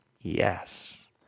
yes